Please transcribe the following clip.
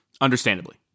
Understandably